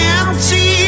empty